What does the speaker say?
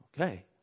okay